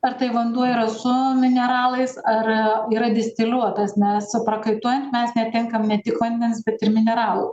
ar tai vanduo yra su mineralais ar yra distiliuotas nes prakaituojant mes netenkam ne tik vandens bet ir mineralų